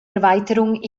erweiterung